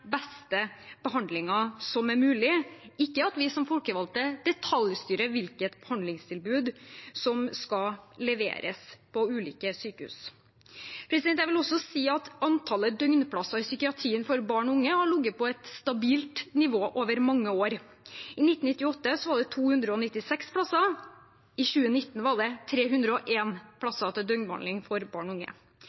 beste behandlingen som er mulig, ikke at vi som folkevalgte detaljstyrer hvilket behandlingstilbud som skal leveres på ulike sykehus. Jeg vil også si at antallet døgnplasser i psykiatrien for barn og unge har ligget på et stabilt nivå over mange år. I 1998 var det 296 plasser, i 2019 var det 301 plasser til døgnbehandling for barn og unge.